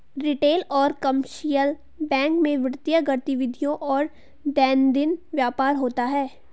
retail और commercial bank में वित्तीय गतिविधियों और दैनंदिन व्यापार होता है